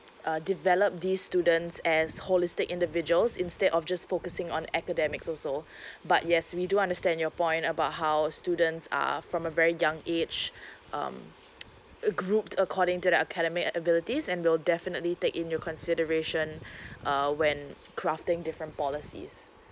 uh develop these students as holistic individuals instead of just focusing on academics also but yes we do understand your point about how students are from a very young age um uh grouped according to their academic abilities and we'll definitely take into consideration uh when crafting different policies